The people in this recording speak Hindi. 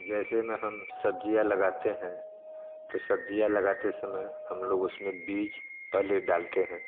जैसे में हम सब्ज़ियाँ लगाते हैं तो सब्ज़ियाँ लगाते समय हम लोग उसमें बीज पहले डालते हैं